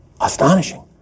Astonishing